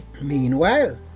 Meanwhile